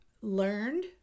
learned